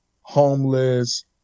homeless